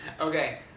Okay